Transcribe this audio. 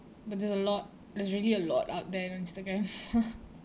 but there's a lot there's really a lot out there on instagram